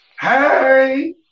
hey